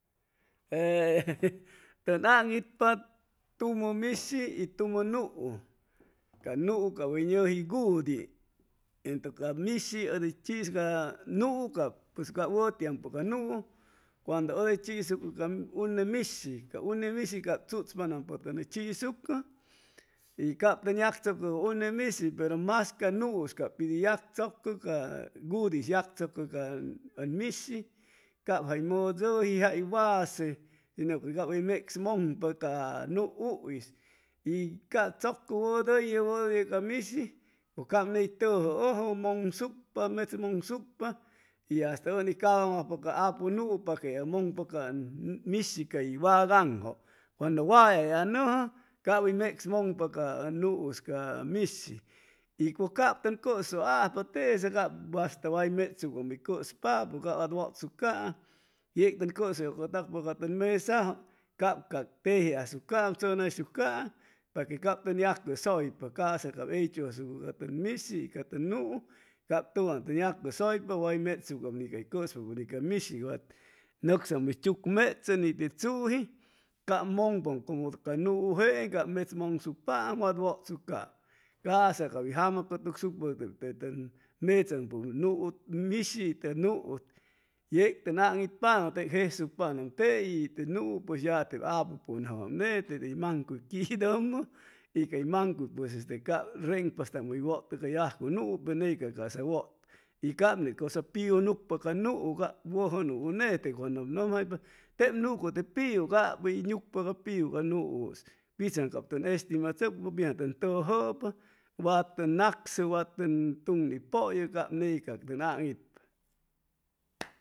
Ee tʉn aŋitpa tumʉ mishi y tumʉ nuu ca nuu cap hʉy ñʉji gudi entʉ ca mishi ʉd hʉy chisucʉcanuu pues cap wʉtiampʉ ca nuu cuando ʉd hʉy chisucʉ ca une mishi ca une mishi cap chuchpanampʉ tʉn chisucʉ y cap tʉn yagchʉcʉ unemishi pero mas ca nuus cap pid hʉy yagchʉcʉ ca gudu yagchʉcʉ ca ʉn mishi cap jay mʉdʉi jay wase shinʉ que cap hʉy mecsmʉŋpa ca nuu'is y cap tzʉcʉ wʉdʉyʉ wʉdʉyʉ ca mishi pʉj cap ney tʉjʉʉjpa mʉnsucpa mechmʉŋsucpa y hasta ʉnicap aŋwacpa ca apunuu paque yagmʉŋpa ca mishi cay wadaŋjʉ cuando wayay anʉjʉ cap hʉy mecsmʉŋpa ca nuus ca mishi y pʉj cap tʉn cʉsʉajpa tesa cap hasta wat mechsucam hʉy cʉspapʉ cap wat wʉtsucaam yeg tʉn cʉsʉyʉcʉtacpa tʉn mesajʉ cap ca teji asucam tzʉnaysucaam paque cap tʉn yacʉsʉypa ca'sa cay heychu asucʉ ca tʉn mishi y ca tʉn nuu cap tʉwan tʉn yacʉsʉypa way mechsucam ni cay cʉspapʉ ni ca mishi hi way nʉssam hʉy chu mechʉ ni te tzuji cap mʉnpam como ca nuu jeeŋ cap mechmʉŋsucpaam wat wʉsucam ca'sa cap hʉy jammʉjcʉtucsucpate de ten machampʉp nu y te mishi yec tʉn aŋitpáam tc jesucpam tei y te nuu pues ya te aapupʉnajwam net ty mancuy quidʉmʉ y cay mancuy pues este cap renpastam hʉy wʉtʉ ca yajcu nuu pe ney ca ca'sa wʉtpa y cap ne ʉsa piu nucpa ca nuu cap wʉjʉ nuu nete cuando ʉm nʉmjaypa tep nucʉ te piu cap hʉy nucpa ca piu ca nuus pitzaŋ cap tʉn estimachʉcpa pitzaŋ tʉn tʉjʉpa wa tʉn nacsʉ wa tʉn tuŋnipʉlla cap nay cac tʉn aŋitpa